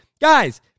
Guys